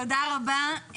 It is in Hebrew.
תודה רבה לך.